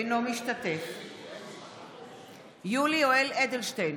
אינו משתתף בהצבעה יולי יואל אדלשטיין,